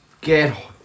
get